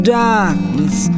darkness